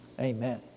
Amen